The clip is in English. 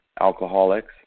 alcoholics